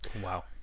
Wow